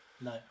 No